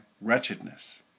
wretchedness